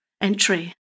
entry